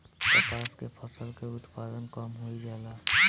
कपास के फसल के उत्पादन कम होइ जाला?